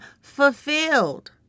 fulfilled